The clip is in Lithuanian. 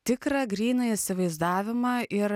tikrą gryną įsivaizdavimą ir